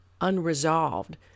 unresolved